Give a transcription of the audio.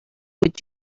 would